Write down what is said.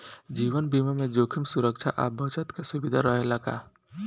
जीवन बीमा में जोखिम सुरक्षा आ बचत के सुविधा रहेला का?